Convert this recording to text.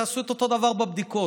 תעשו את אותו דבר בבדיקות.